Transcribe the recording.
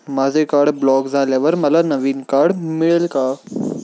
माझे card block झाल्यावर मला नवीन कार्ड मिळेल का?